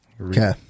Okay